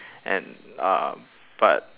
and uh but